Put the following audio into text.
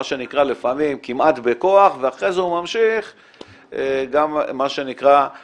מה שנקרא לפעמים כמעט בכוח ואחרי זה הוא ממשיך על חשבונו,